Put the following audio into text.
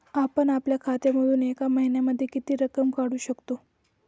आपण आपल्या खात्यामधून एका महिन्यामधे किती रक्कम काढू शकतो?